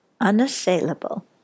unassailable